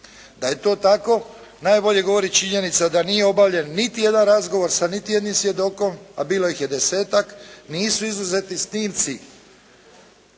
Da je to tako najbolje govori činjenica da nije obavljen niti jedan razgovor sa niti jednim svjedokom, a bilo ih je desetak. Nisu izuzeti snimci